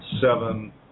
seven